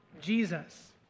Jesus